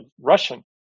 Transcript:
Russian